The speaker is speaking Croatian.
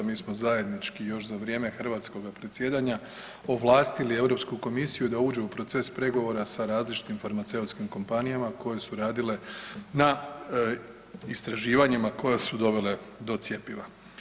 Mi smo zajednički još za vrijeme hrvatskoga predsjedanja ovlastili Europsku komisiju da uđe u proces pregovora sa različitim farmaceutskim kompanijama koje su radile na istraživanjima koja su dovela do cjepiva.